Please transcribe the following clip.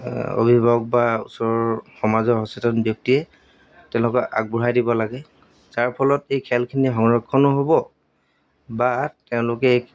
অভিভাৱক বা ওচৰৰ সমাজৰ সচেতন ব্যক্তিয়ে তেওঁলোকক আগবঢ়াই দিব লাগে যাৰ ফলত এই খেলখিনি সংৰক্ষণো হ'ব বা তেওঁলোকে এই